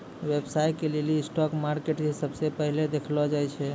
व्यवसाय के लेली स्टाक मार्केट के सबसे पहिलै देखलो जाय छै